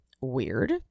Weird